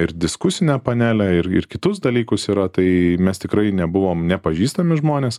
ir diskusinę panelę ir ir kitus dalykus yra tai mes tikrai nebuvom nepažįstami žmonės